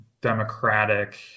democratic